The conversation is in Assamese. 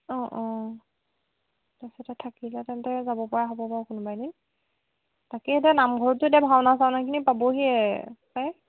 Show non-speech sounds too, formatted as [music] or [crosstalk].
অঁ অঁ [unintelligible] তেন্তে যাব পৰা হ'ব বাৰু কোনোবা এদিন তাকেহে এতিয়া নামঘৰত যদি ভাওনা চাওনাখিনি পাবহিয়ে পায়